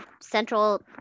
central